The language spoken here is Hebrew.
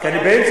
כי אני באמצע.